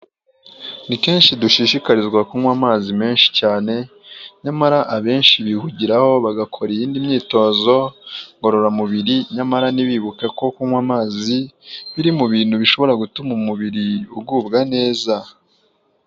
Ni kenshi dushishikarizwa kunywa amazi menshi cyane, nyamara abenshi bihugiraho bagakora iyindi myitozo ngororamubiri nyamara ntibibuke ko kunywa amazi biri mu bintu bishobora gutuma umubiri ugubwa neza.